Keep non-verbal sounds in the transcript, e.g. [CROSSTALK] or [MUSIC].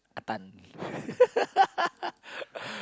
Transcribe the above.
Ah-Tan [LAUGHS]